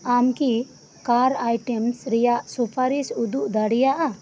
ᱟᱢ ᱠᱤ car items ᱨᱮᱭᱟᱜ ᱥᱩᱯᱟᱨᱤᱥ ᱩᱫᱩᱜ ᱫᱟᱲᱮᱭᱟᱜᱼᱟᱢ